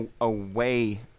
away